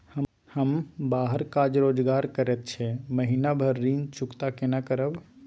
हम बाहर काज रोजगार करैत छी, महीना भर ऋण चुकता केना करब?